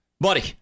buddy